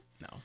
No